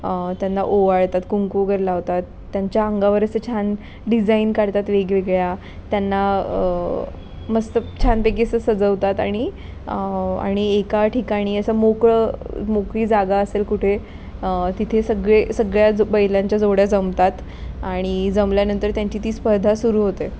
त्यांना ओवाळतात कुंकू वगैरे लावतात त्यांच्या अंगावर असे छान डिझाईन काढतात वेगवेगळ्या त्यांना मस्त छानपैकी असं सजवतात आणि आणि एका ठिकाणी असं मोकळं मोकळी जागा असेल कुठे तिथे सगळे सगळ्या जो बैलांच्या जोड्या जमतात आणि जमल्यानंतर त्यांची ती स्पर्धा सुरू होते